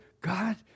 God